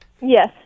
Yes